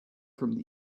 from